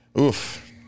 Oof